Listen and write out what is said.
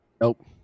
Nope